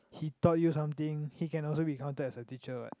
he taught you something he can also be counted as a teacher what